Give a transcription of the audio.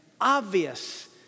obvious